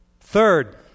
Third